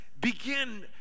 begin